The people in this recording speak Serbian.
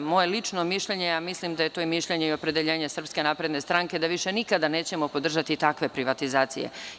Moje lično mišljenje a mislim da je to mišljenje i opredeljenje SNS da više nikada nećemo podržati takve privatizacije.